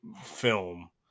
film